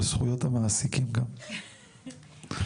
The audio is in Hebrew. על זכויות המעסיקים גם,